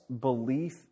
belief